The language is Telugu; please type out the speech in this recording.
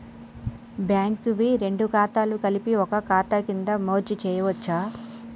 బ్యాంక్ వి రెండు ఖాతాలను కలిపి ఒక ఖాతా కింద మెర్జ్ చేయచ్చా?